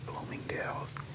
Bloomingdale's